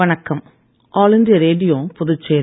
வணக்கம் all India Radio Puducherry